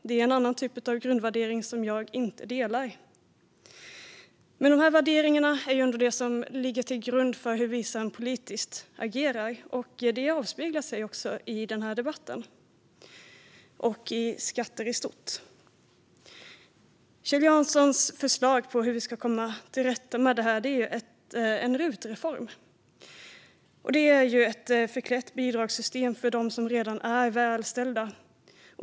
Det är en annan typ av grundvärdering - en som jag inte delar. Men de här värderingarna är ändå det som ligger till grund för hur vi sedan agerar politiskt. Det avspeglar sig också i den här debatten och i skatter i stort. Kjell Janssons förslag på hur vi ska komma till rätta med det här är en rutreform. Det är ett förklätt bidragssystem för dem som redan är välbeställda.